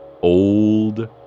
Old